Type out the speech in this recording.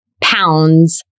pounds